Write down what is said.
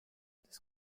this